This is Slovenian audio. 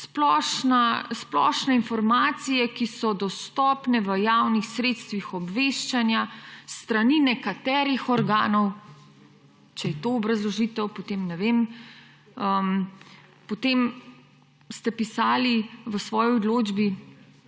splošne informacije, ki so dostopne v javnih sredstvih obveščanja s strani nekaterih organov. Če je to obrazložitev, potem ne vem … Potem ste pisali v svoji odločbi,